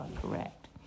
correct